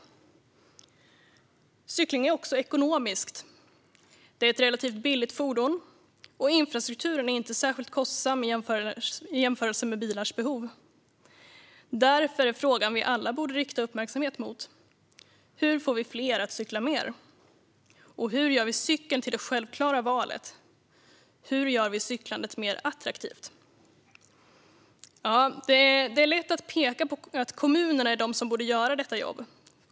Cykling är också ekonomiskt. Cykeln är ett relativt billigt fordon, och infrastrukturen är inte särskilt kostsam i jämförelse med bilars behov. Därför är det de här frågorna vi alla borde rikta vår uppmärksamhet på: Hur får vi fler att cykla mer? Hur gör vi cykeln till det självklara valet? Hur gör vi cyklandet mer attraktivt? Det är lätt att peka på att kommunerna är de som borde göra detta jobb.